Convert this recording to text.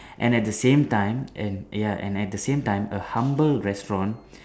and at the same time and ya and at the same time a humble restaurant